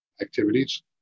activities